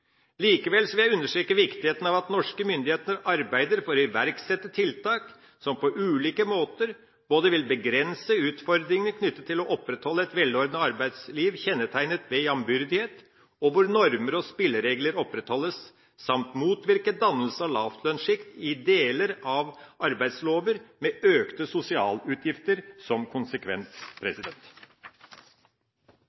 Likevel vil jeg understreke viktigheten av at norske myndigheter arbeider for å iverksette tiltak som på ulike måter vil begrense utfordringene knyttet til å opprettholde et velordnet arbeidsliv kjennetegnet ved jambyrdighet, hvor normer og spilleregler opprettholdes, samt motvirke dannelse av lavtlønnsjikt i deler av arbeidslover, med økte sosialutgifter som konsekvens.